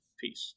Peace